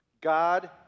God